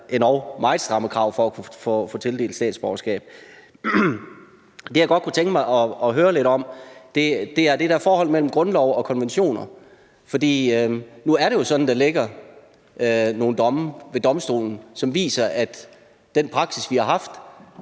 endog meget skrappe krav, når vi skal tildele statsborgerskab. Det, jeg godt kunne tænke mig at høre lidt om, er det der forhold mellem grundloven og konventionerne. Nu er det jo sådan, at der ligger nogle domme ved domstolen, som viser, at den praksis, vi har haft,